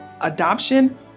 adoption